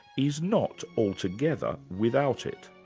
is not altogether without it.